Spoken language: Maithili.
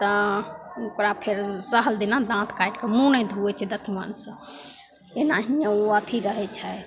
तऽ ओकरा फेर सहल दिना दाँत काटिके मुँह नहि धोवै छै दतमनिसे एनाहि ओ अथी रहै छै